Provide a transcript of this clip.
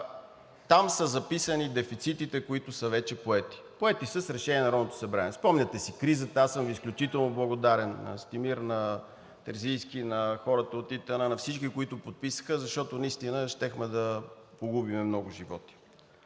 там са записани дефицитите, които са вече поети – поети са с решение на Народното събрание. Спомняте си кризата, аз съм изключително благодарен на Настимир, на Терзийски, на хората от ИТН, на всички, които подписаха, защото наистина щяхме да погубим много животи.